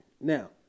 Now